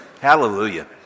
hallelujah